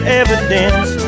evidence